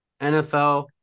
NFL